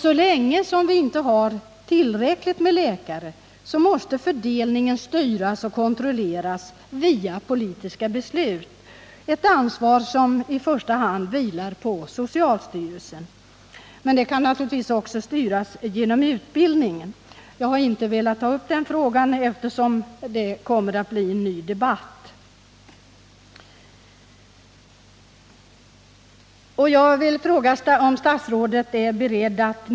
Så länge vi inte har tillräckligt med läkare måste fördelningen styras och kontrolleras via politiska beslut. Ansvaret härför vilar i första hand på socialstyrelsen. Fördelningen kan naturligvis också styras via utbildningen. Jag har här inte velat ta upp frågan om utbildningen, eftersom jag återkommer till det i en ny debatt.